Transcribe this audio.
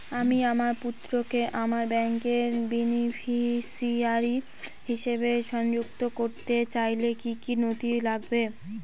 আমি আমার পুত্রকে আমার ব্যাংকের বেনিফিসিয়ারি হিসেবে সংযুক্ত করতে চাইলে কি কী নথি লাগবে?